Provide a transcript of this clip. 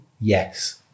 Yes